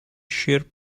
chirp